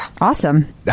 Awesome